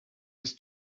his